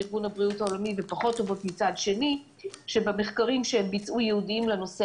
מארגון הבריאות העולמי ופחות טובות מצד שני שבמחקרים ייעודיים לנושא